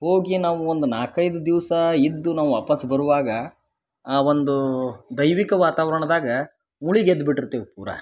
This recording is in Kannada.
ಹೋಗಿ ನಾವು ಒಂದು ನಾಲ್ಕೈದು ದಿವಸ ಇದ್ದು ನಾವು ವಾಪಸ್ಸು ಬರುವಾಗ ಆ ಒಂದೂ ದೈವಿಕ ವಾತಾವರ್ಣದಾಗ ಉಳಿಗ್ ಎದ್ಬಿಟ್ಟಿರ್ತಿವು ಪೂರಾ